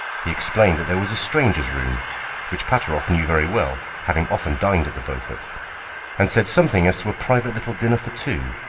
he explained that there was a strangers' room which pateroff knew very well, having often dined at the beaufort and said something as to a private little dinner for two,